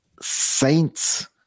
Saints